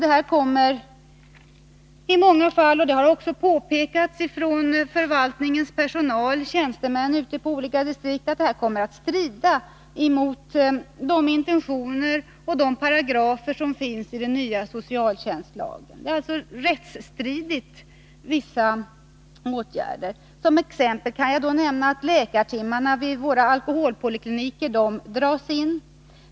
Detta kommer i många fall, vilket också har påpekats från förvaltningens personal, från tjänstemän ute i olika distrikt, att strida mot de intentioner och paragrafer som finns i den nya socialtjänstlagen. Vissa åtgärder är alltså rättsstridiga. Som exempel kan jag nämna att läkartimmarna vid våra alkoholpolikliniker dras in.